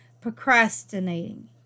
procrastinating